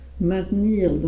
maintenir